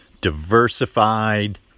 diversified